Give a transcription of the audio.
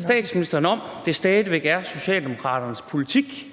statsministeren, om det stadig væk er Socialdemokraternes politik,